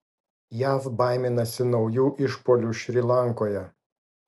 jav baiminasi naujų išpuolių šri lankoje